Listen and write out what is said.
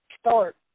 start